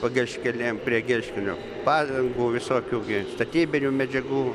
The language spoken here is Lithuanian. pagelškelėm prie gelškelio padangų visokių gi statybinių medžiagų